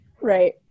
Right